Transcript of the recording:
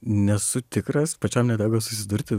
nesu tikras pačiam neteko susidurti